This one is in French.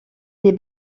des